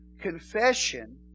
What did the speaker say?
Confession